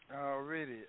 Already